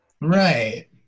Right